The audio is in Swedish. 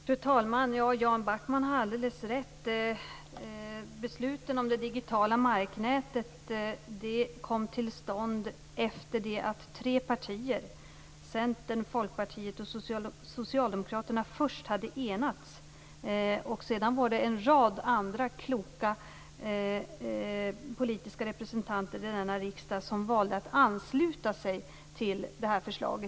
Fru talman! Jan Backman har alldeles rätt. Beslutet om det digitala marknätet kom till stånd efter det att tre partier, Centern, Folkpartiet och Socialdemokraterna, först hade enats. Sedan var det en rad andra kloka politiska representanter i denna riksdag som valde att ansluta sig till förslaget.